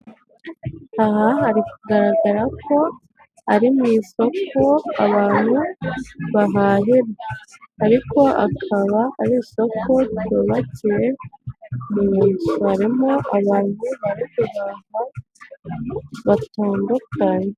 Aha hari kugaragara ko ari mu isoko abantu bahara ariko akaba ari isoko ryubakiye harimo abantu batandukanye.